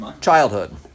Childhood